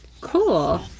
cool